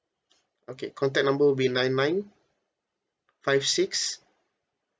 okay contact number will be nine nine five six